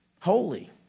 holy